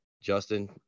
justin